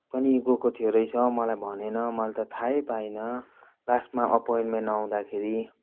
पनि गएको थियो रहेछ मलाई भनेनँ मैले त थाहै पाइन लास्टमा अपोइन्टमेन्ट आउँदाखेरि